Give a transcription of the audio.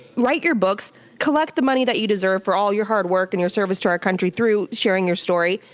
write your books, collect the money that you deserve for all your hard work, and your service to our country through sharing your story,